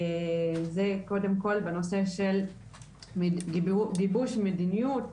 זה קודם כל בנושא של גיבוש מדיניות,